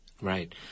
Right